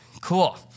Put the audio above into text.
Cool